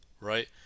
right